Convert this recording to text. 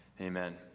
Amen